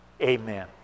Amen